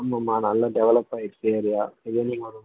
ஆமாமா நல்ல டெவலப் ஆகிடுச்சி ஏரியா இனியும் வரும்